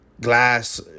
glass